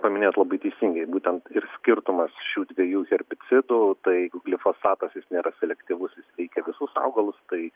paminėjot labai teisingai būtent ir skirtumas šių dviejų herbicidų tai jeigu glifosatas jis nėra selektyvus jis veikia visus augalus tai